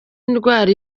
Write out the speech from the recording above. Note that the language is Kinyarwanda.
indwara